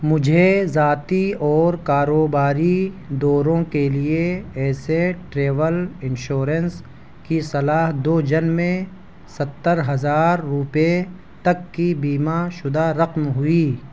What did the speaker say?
مجھے ذاتی اور کاروباری دوروں کے لیے ایسے ٹریول انشورنس کی صلاح دو جن میں سَتّر ہزار روپے تک کی بیمہ شدہ رقم ہوئی